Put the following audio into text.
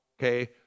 okay